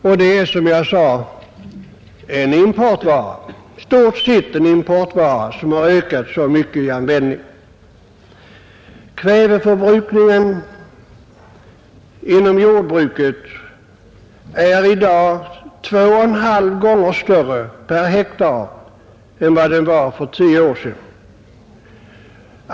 Detta är, som jag sade, i stort sett en importvara som har ökat så mycket i användning. Kväveförbrukningen inom jordbruket är i dag 2,5 gånger större per hektar än den var för tio år sedan.